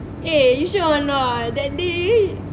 eh you sure or not that day